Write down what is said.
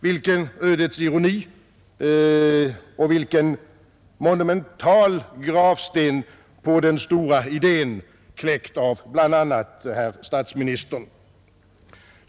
Vilken ödets ironi och vilken monumental gravsten över den stora idén, kläckt av bl.a. herr statsministern!